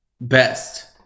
best